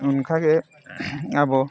ᱚᱱᱠᱟᱜᱮ ᱟᱵᱚ